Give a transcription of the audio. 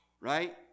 right